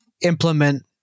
implement